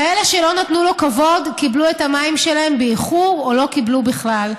כאלה שלא נתנו לו כבוד קיבלו את המים שלהם באיחור או לא קיבלו בכלל.